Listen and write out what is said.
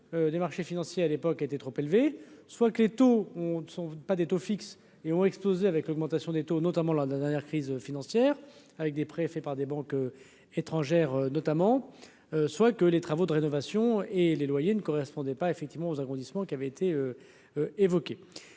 des marchés financiers à l'époque était trop élevé, soit que les taux ont ne sont pas des taux fixes et ont explosé avec l'augmentation des taux, notamment lors de la dernière crise financière avec des préfets par des banques étrangères notamment, soit que les travaux de rénovation et les loyers ne correspondait pas effectivement aux arrondissements qui avait été évoqué,